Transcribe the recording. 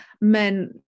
Men